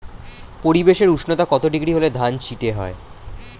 পরিবেশের উষ্ণতা কত ডিগ্রি হলে ধান চিটে হয়?